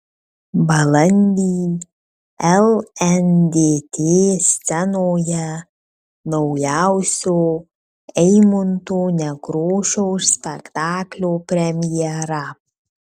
balandį lndt scenoje naujausio eimunto nekrošiaus spektaklio premjera